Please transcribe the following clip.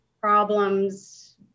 problems